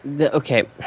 Okay